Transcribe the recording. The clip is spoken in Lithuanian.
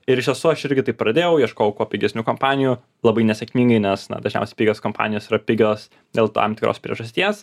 ir iš tiesų aš irgi taip pradėjau ieškojau kuo pigesnių kompanijų labai nesėkmingai nes na dažniausiai pigios kompanijos yra pigios dėl tam tikros priežasties